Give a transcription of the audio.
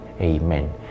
Amen